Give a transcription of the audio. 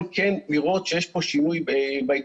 יכול כן לראות שיש פה שינוי בהתעסקות,